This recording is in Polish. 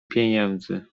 pieniędzy